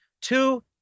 Two